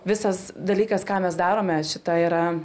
visas dalykas ką mes darome šita yra